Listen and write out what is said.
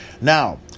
Now